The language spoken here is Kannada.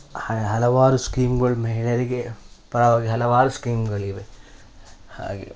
ಹಲವಾರು ಸ್ಕೀಮ್ಗುಳು ಮಹಿಳೆಯರಿಗೆ ಪರವಾಗಿ ಹಲವಾರು ಸ್ಕೀಮ್ಗಳಿವೆ ಹಾಗೆ